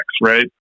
right